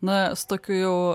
na su tokiu jau